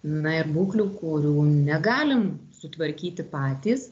na ir būklių kurių negalim sutvarkyti patys